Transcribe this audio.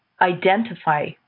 identify